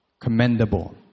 commendable